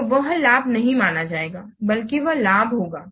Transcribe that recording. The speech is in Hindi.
तो वह लाभ नहीं माना जाएगा बल्कि वह लाभ होगा